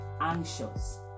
anxious